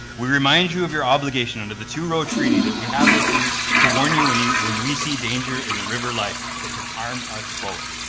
we remind you of your obligation under the two-road treaty that we have with you to warn you when you when we see danger in the river life that could harm us both.